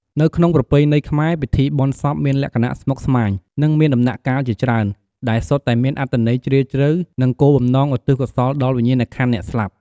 នៅក្នុងប្រពៃណីខ្មែរ ពិធីបុណ្យសពមានលក្ខណៈស្មុគស្មាញ និងមានដំណាក់កាលជាច្រើន ដែលសុទ្ធតែមានអត្ថន័យជ្រាលជ្រៅ និងគោលបំណងឧទ្ទិសកុសលដល់វិញ្ញាណក្ខន្ធអ្នកស្លាប់។